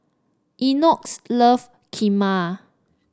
Enoch loves Kheema